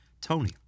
tony